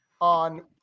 on